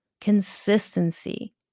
consistency